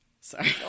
Sorry